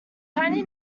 tiny